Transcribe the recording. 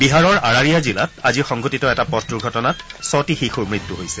বিহাৰৰ আৰাৰিয়া জিলাত আজি সংঘটিত এটা পথ দুৰ্ঘটনাত ছটি শিশুৰ মত্য হৈছে